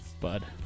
Bud